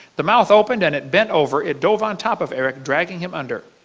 the mouth opened and it bent over. it dove on top of eric, dragging him under.